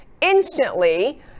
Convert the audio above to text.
instantly